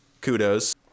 kudos